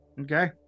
Okay